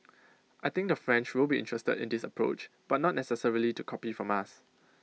I think the French will be interested in this approach but not necessarily to copy from us